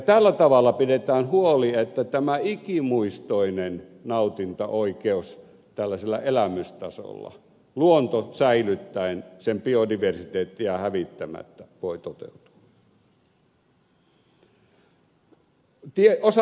tällä tavalla pidetään huoli että tämä ikimuistoinen nautintaoikeus tällaisella elämystasolla luonto säilyttäen sen biodiversiteettiä hävittämättä voi toteutua